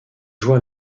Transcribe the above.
joua